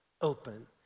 open